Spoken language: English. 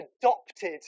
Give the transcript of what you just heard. adopted